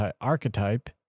archetype